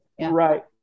Right